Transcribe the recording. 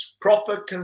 proper